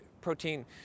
protein